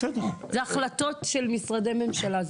זה החלטות של משרדי ממשלה.